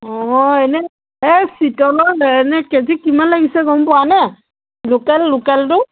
অঁ এনেই এই চিতলৰ এনে কেজি কিমান লাগিছে গম পোৱানে লোকেল লোকেলটো